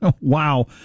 Wow